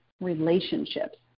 relationships